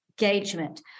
engagement